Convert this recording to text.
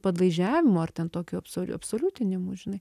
padlaižiavimu ar ten tokiu abso absoliutinimu žinai